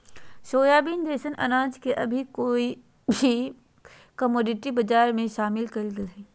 soybean जैसन अनाज के अभी अभी कमोडिटी बजार में शामिल कइल गेल हइ